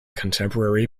contemporary